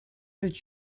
did